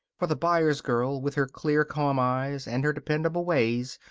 for the byers girl, with her clear, calm eyes and her dependable ways,